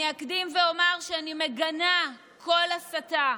אני אקדים ואומר שאני מגנה כל הסתה.